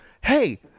hey